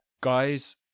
guys